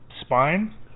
spine